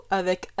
avec